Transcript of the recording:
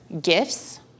gifts